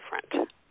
different